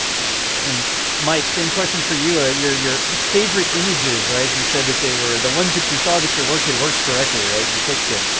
gotcha. and mike, same question for you. ah your your favorite images, right? you said that they were the ones that you saw that your work had worked correctly, right? you fixed it.